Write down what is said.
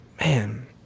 Man